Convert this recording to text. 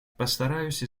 постараюсь